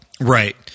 Right